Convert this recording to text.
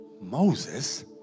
Moses